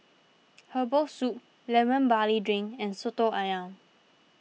Herbal Soup Lemon Barley Drink and Soto Ayam